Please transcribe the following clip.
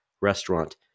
restaurant